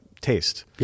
taste